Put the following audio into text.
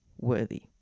worthy